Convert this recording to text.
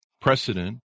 precedent